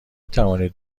توانید